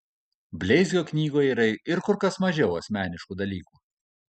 bleizgio knygoje yra ir kur kas mažiau asmeniškų dalykų